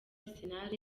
arsenal